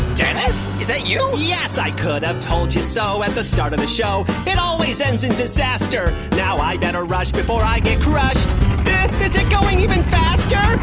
dennis, is that you? yes, i could've told you so at the start of the show. it always ends in disaster. now i'd better rush before i get crushed. is it going even faster?